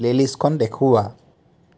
প্লে'লিষ্টখন দেখুওৱা